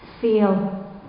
feel